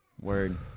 Word